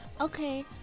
okay